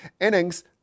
innings